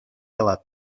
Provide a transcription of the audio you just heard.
алат